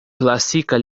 klasika